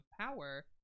power